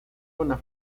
una